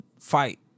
fight